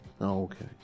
Okay